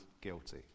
guilty